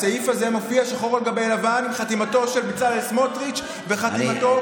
הסעיף הזה מופיע שחור על גבי לבן עם חתימתו של בצלאל סמוטריץ' וחתימתו,